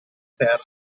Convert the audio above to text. terra